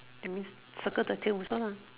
that means circle the tail with curl lah